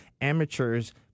amateurs